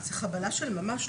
חבלה של ממש,